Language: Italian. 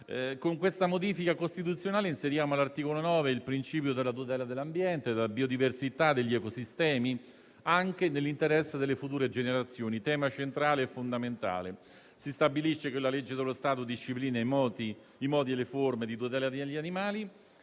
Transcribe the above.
Con questa modifica costituzionale si inserisce all'articolo 9 il principio della tutela dell'ambiente e della biodiversità degli ecosistemi, anche nell'interesse delle future generazioni, tema centrale e fondamentale. Si stabilisce che la legge dello Stato disciplina i modi e le forme di tutela degli animali